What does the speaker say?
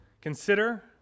consider